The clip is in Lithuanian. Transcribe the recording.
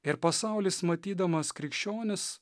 ir pasaulis matydamas krikščionis